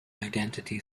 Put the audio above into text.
identity